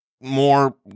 more